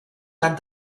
tan